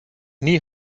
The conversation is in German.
nie